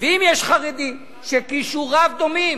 ואם יש חרדי שכישוריו דומים,